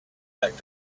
back